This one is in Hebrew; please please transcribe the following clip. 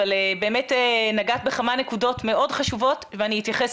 אבל באמת נגעת בכמה נקודות מאוד חשובות ואני אתייחס